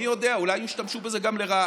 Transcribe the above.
מי יודע, אולי ישתמשו בזה גם לרעה?